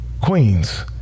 queens